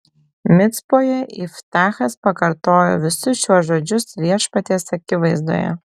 micpoje iftachas pakartojo visus šiuos žodžius viešpaties akivaizdoje